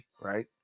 right